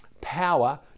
Power